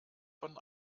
von